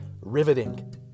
riveting